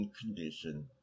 condition